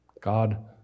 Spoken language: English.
God